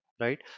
right